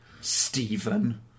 Stephen